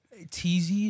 Tz